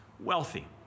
Wealthy